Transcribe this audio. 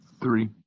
Three